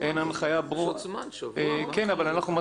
זה לא